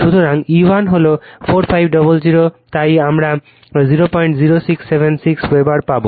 সুতরাং E1 হল 4500 তাই আমরা 00676 ওয়েবার পাব